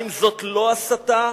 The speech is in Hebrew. האם זאת לא הסתה?